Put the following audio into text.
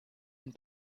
ihn